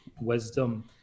wisdom